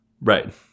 Right